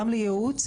גם לייעוץ,